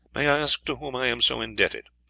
may i ask to whom i am so indebted?